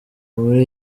muri